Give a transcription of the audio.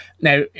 Now